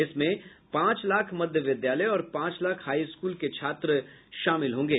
इसमें पांच लाख मध्य विद्यालय और पांच लाख हाई स्कूल के छात्र शामिल होंगे